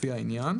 לפי העניין".